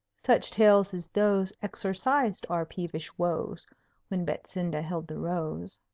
such tales as those exorcised our peevish woes when betsinda held the rose.